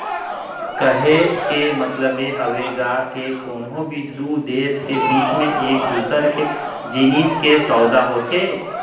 कहे के मतलब ये हवय गा के कोनो भी दू देश के बीच म एक दूसर के जिनिस के सउदा होथे